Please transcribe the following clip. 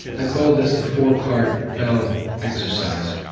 i call this the four-part bell exercise.